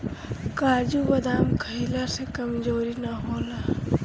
काजू बदाम खइला से कमज़ोरी ना होला